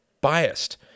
biased